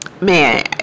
man